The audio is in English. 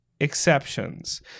exceptions